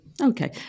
Okay